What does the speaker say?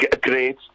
Great